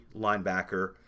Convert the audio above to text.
linebacker